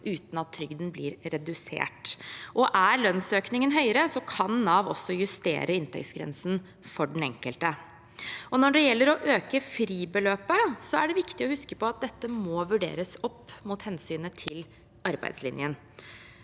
uten at trygden blir redusert. Er lønnsøkningen høyere, kan Nav også justere inntektsgrensen for den enkelte. Når det gjelder å øke fribeløpet, er det viktig å huske på at dette må vurderes opp mot hensynet til arbeidslinjen.